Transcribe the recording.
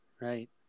right